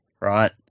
right